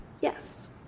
Yes